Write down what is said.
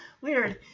Weird